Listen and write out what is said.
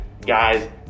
guys